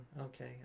Okay